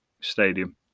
Stadium